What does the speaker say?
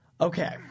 Okay